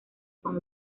con